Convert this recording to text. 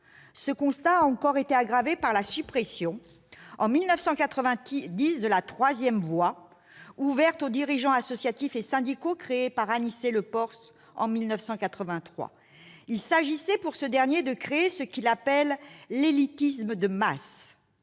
s'est aggravée du fait de la suppression, en 1990, de la troisième voie, ouverte aux dirigeants associatifs et syndicaux, créée par Anicet Le Pors en 1983. Il s'agissait pour ce dernier de créer ce qu'il appelle « l'élitisme de masse ».